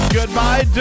Goodbye